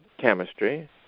chemistry